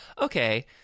okay